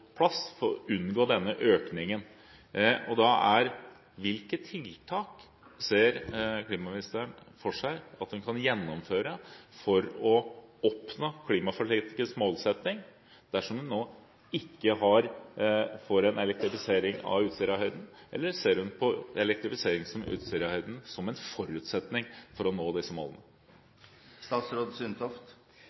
plass for å unngå denne økningen: Hvilke tiltak ser klimaministeren for seg at hun kan gjennomføre for å oppnå klimaforlikets målsetting, dersom en nå ikke får en elektrifisering av Utsirahøyden? Eller ser hun på elektrifisering av Utsirahøyden som en forutsetning for å nå disse målene?